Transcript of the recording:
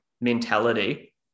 mentality